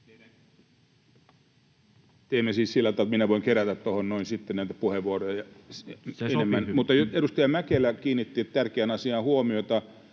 Teemme siis sillä tavalla, että minä voin kerätä tuohon sitten näitä puheenvuoroja enemmän!] — Se sopii hyvin. Edustaja Mäkelä kiinnitti tärkeään asiaan huomiota,